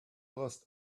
lost